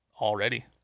already